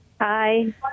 Hi